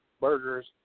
burgers